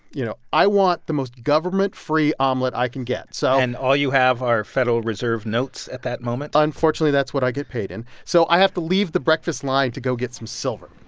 you know, i want the most government-free omelet i can get. so. and all you have are federal reserve notes at that moment? unfortunately, that's what i get paid in. so i have to leave the breakfast line to go get some silver.